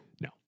No